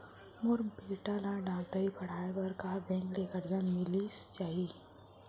मोर बेटा ल डॉक्टरी पढ़ाये बर का बैंक ले करजा मिलिस जाही?